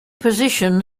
position